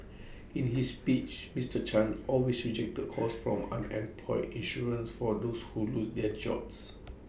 in his speech Mister chan always rejected calls for an unemployed insurance for those who lose their jobs